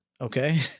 okay